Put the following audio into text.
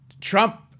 Trump